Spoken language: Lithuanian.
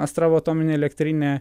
astravo atominė elektrinė